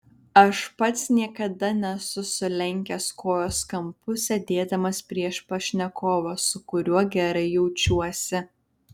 aš pats niekada nesu sulenkęs kojos kampu sėdėdamas prieš pašnekovą su kuriuo gerai jaučiuosi